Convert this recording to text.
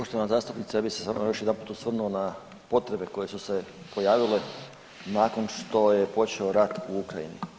Poštovana zastupnice, ja bi se samo još jedanput osvrnuo na potrebe koje su se pojavile nakon što je počeo rat u Ukrajini.